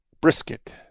brisket